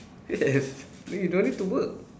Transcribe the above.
yes then you don't need to work